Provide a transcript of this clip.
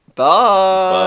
bye